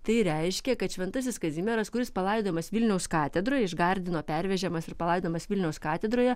tai reiškia kad šventasis kazimieras kuris palaidojamas vilniaus katedroj iš gardino pervežamas ir palaidojamas vilniaus katedroje